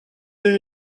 des